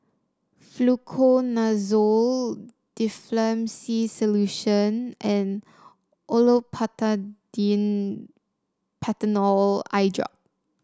Fluconazole Difflam C Solution and Olopatadine Patanol Eyedrop